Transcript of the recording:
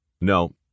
No